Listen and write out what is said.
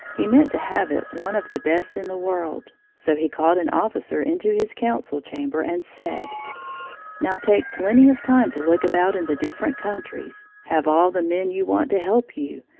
he meant to have it one of the best in the world. so he called an officer into his council chamber and said now take plenty of time to look about in the different countries, have all the men you want to help you,